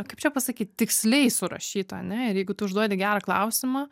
kaip čia pasakyt tiksliai surašyta ane ir jeigu tu užduodi gerą klausimą